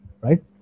right